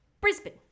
Brisbane